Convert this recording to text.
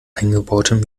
eingebautem